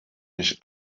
mich